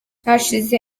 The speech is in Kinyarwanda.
hashize